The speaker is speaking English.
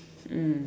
mm